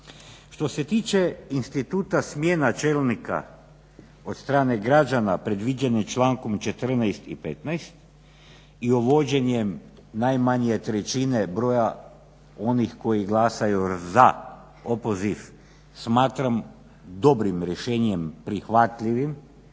Što se tiče instituta smjena čelnika od strane građana predviđenih člankom 14. i 15. i uvođenjem najmanje trećine broja onih koji glasaju za opoziv smatram dobrim rješenjem, prihvatljivim